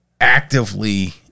actively